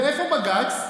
ואיפה בג"ץ?